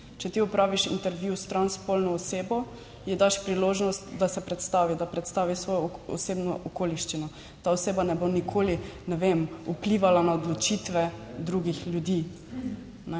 Če ti opraviš intervju s transspolno osebo, ji daš priložnost, da se predstavi, da predstavi svojo osebno okoliščino, ta oseba ne bo nikoli, ne vem, vplivala na odločitve drugih ljudi.